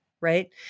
Right